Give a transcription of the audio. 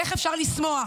איך אפשר לשמוח,